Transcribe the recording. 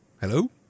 Hello